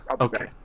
Okay